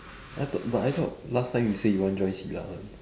I thought but I thought last time you say you want join silat one